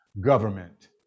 government